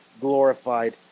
glorified